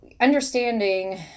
understanding